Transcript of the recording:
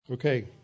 Okay